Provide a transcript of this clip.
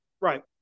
right